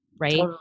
Right